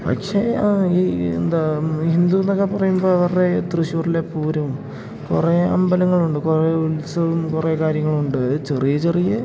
പക്ഷേ ആ ഈ എന്താ ഈ ഹിന്ദുയെന്നൊക്കെ പറയുമ്പോൾ അവരുടെ തൃശ്ശൂരിലെ പൂരവും കുറേ അമ്പലങ്ങളുണ്ട് കുറേ ഉത്സവവും കുറേ കാര്യങ്ങളുണ്ട് അത് ചെറിയ ചെറിയ